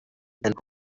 and